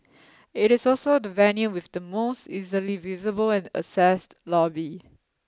it is also the venue with the most easily visible and accessed lobby